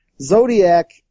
Zodiac